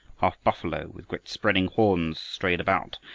half buffalo, with great spreading horns, strayed about,